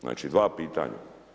Znači, dva pitanja.